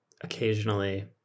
occasionally